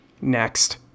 Next